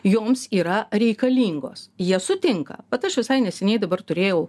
joms yra reikalingos jie sutinka vat aš visai neseniai dabar turėjau